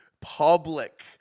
public